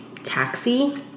taxi